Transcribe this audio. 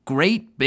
great